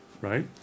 right